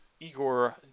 Igor